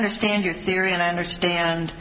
understand your theory and i understand